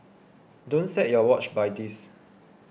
don't set your watch by this